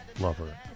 lover